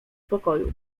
pokoju